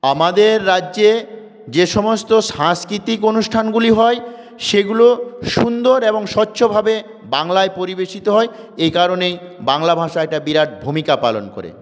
আমাদের রাজ্যে যে সমস্ত সাংস্কৃতিক অনুষ্ঠানগুলি হয় সেগুলো সুন্দর এবং স্বচ্ছভাবে বাংলায় পরিবেশিত হয় এ কারণেই বাংলা ভাষা একটা বিরাট ভূমিকা পালন করে